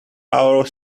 our